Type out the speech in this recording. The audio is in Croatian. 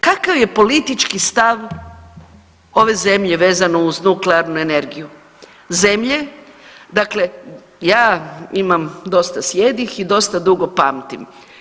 Kakav je politički stav ove zemlje vezano uz nuklearnu energiju, zemlje dakle ja imam dosta sijedih i dosta dugo pamtim.